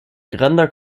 granda